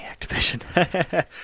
Activision